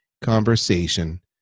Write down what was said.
conversation